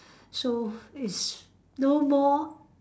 so it's no more